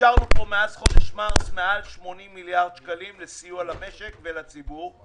אישרנו פה מאז מרס מעל 80 מיליארד שקלים לסיוע למשק ולציבור,